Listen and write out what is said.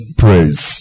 praise